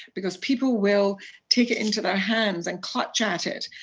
because people will take it into their hands, and clutch at it,